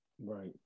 right